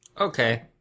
Okay